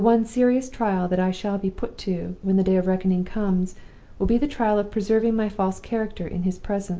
the one serious trial that i shall be put to when the day of reckoning comes will be the trial of preserving my false character in his presence.